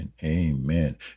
Amen